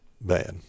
bad